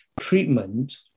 treatment